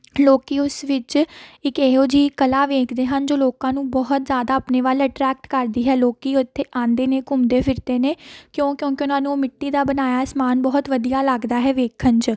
ਲੋਕ ਉਸ ਵਿੱਚ ਇੱਕ ਇਹੋ ਜਿਹੀ ਕਲਾ ਵੇਖਦੇ ਹਨ ਜੋ ਲੋਕਾਂ ਨੂੰ ਬਹੁਤ ਜ਼ਿਆਦਾ ਆਪਣੇ ਵੱਲ ਅਟਰੈਕਟ ਕਰਦੀ ਹੈ ਲੋਕ ਉੱਥੇ ਆਉਂਦੇ ਨੇ ਘੁੰਮਦੇ ਫਿਰਦੇ ਨੇ ਕਿਉਂ ਕਿਉਂਕਿ ਉਹਨਾਂ ਨੂੰ ਮਿੱਟੀ ਦਾ ਬਣਾਇਆ ਸਮਾਨ ਬਹੁਤ ਵਧੀਆ ਲੱਗਦਾ ਹੈ ਵੇਖਣ 'ਚ